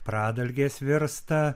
pradalgės virsta